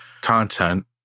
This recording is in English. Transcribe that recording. content